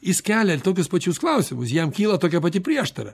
jis kelia tokius pačius klausimus jam kyla tokia pati prieštara